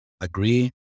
agree